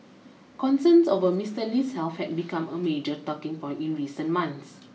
concerns over Mister Lee's health had become a major talking point in recent months